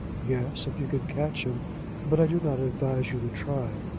yes if you can catch him but i do not advise you to try.